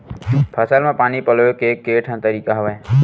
फसल म पानी पलोय के केठन तरीका हवय?